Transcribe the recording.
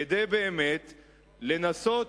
כדי באמת לנסות,